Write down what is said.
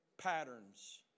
Patterns